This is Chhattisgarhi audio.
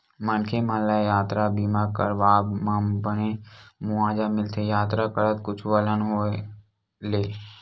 मनखे मन ल यातर बीमा के करवाब म बने मुवाजा मिलथे यातर करत कुछु अलहन होय ले